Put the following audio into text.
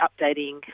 updating